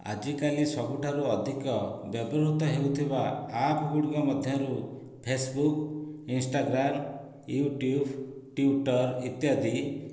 ଆଜିକାଲି ସବୁଠାରୁ ଅଧିକ ବ୍ୟବହୃତ ହେଉଥିବା ଆପ୍ ଗୁଡ଼ିକ ମଧ୍ୟରୁ ଫେସବୁକ୍ ଇନ୍ଷ୍ଟାଗ୍ରାମ୍ ୟୁଟ୍ୟୁବ୍ ଟୁଇଟର ଇତ୍ୟାଦି